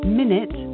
minute